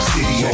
City